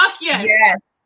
yes